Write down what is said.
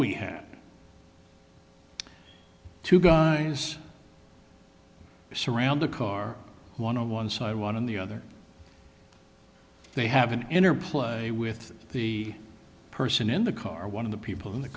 we have two guys surround the car one on one side one in the other they have an interplay with the person in the car one of the people in the